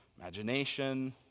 imagination